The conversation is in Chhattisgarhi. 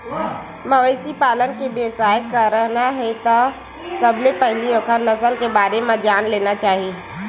मवेशी पालन के बेवसाय करना हे त सबले पहिली ओखर नसल के बारे म जान लेना चाही